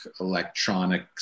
electronic